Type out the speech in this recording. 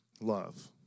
love